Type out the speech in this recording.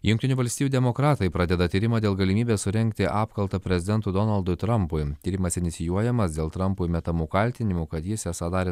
jungtinių valstijų demokratai pradeda tyrimą dėl galimybės surengti apkaltą prezidentui donaldui trampui tyrimas inicijuojamas dėl trampui metamų kaltinimų kad jis esą darė